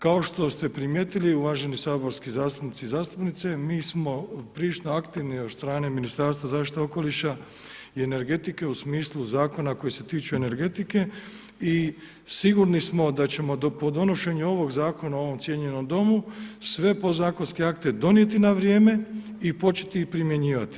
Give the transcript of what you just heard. Kao što ste primijetili uvaženi saborski zastupnici i zastupnice, mi smo prilično aktivni od strane Ministarstva zaštite okoliša i energetike u smislu zakona koji se tiču energetike i sigurni smo da ćemo po donošenju ovog zakona u ovom cijenjenom Domu sve podzakonske akte donijeti na vrijeme i početi ih primjenjivati.